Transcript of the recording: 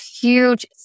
huge